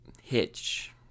Hitch